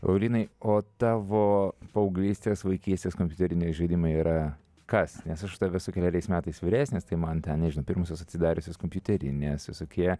laurynai o tavo paauglystės vaikystės kompiuteriniai žaidimai yra kas nes aš už tave esu keleriais metais vyresnis tai man ten pirmosios atsidariusios kompiuterines visokie